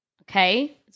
okay